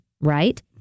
right